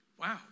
Wow